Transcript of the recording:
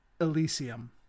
Elysium